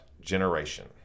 generation